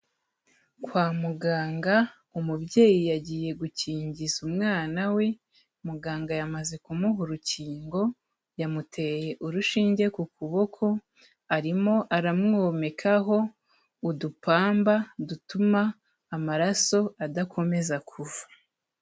Kwa muganga umubyeyi yagiye gukingiza umwana we, muganga yamaze kumuha urukingo yamuteye urushinge ku kuboko arimo aramwomekaho udupamba dutuma amaraso adakomeza kuva.